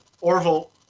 Orville